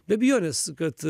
be abejonės kad